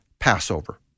Passover